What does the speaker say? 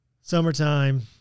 Summertime